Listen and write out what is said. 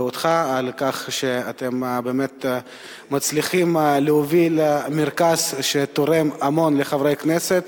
ואותך על כך שאתם מצליחים להוביל מרכז שתורם המון לחברי הכנסת.